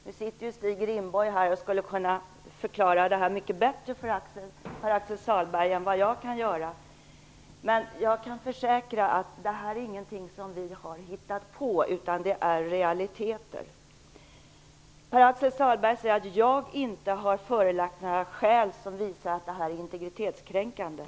Stig Rindborg, som sitter här i kammaren, skulle kunna förklara det här för Pär-Axel Sahlberg mycket bättre än vad jag kan göra. Men jag kan försäkra att det här inte är något som vi har hittat på - det är realiteter. Pär-Axel Sahlberg säger att jag inte har förelagt några skäl som visar att registret är integritetskränkande.